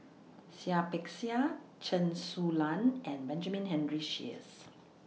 Seah Peck Seah Chen Su Lan and Benjamin Henry Sheares